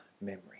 memory